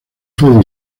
fue